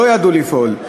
לא ידעו לפעול,